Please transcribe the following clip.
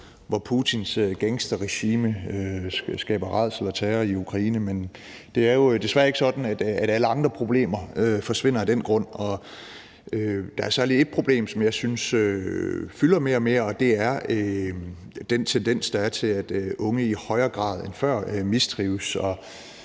hvor Putins gangsterregime skaber rædsel og terror i Ukraine, men det er jo desværre ikke sådan, at alle andre problemer forsvinder af den grund. Og der er særlig et problem, som jeg synes fylder mere og mere, og det er den tendens, der er, til at unge i højere grad end før mistrives.